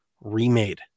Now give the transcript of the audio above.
remade